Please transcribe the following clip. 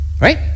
right